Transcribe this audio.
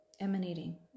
emanating